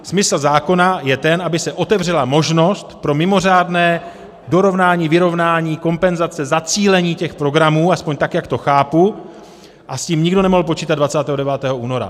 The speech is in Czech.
Smysl zákona je ten, aby se otevřela možnost pro mimořádné dorovnání, vyrovnání kompenzace, zacílení těch programů, aspoň tak, jak to chápu, a s tím nikdo nemohl počítat 29. února.